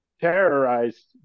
terrorized